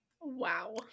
Wow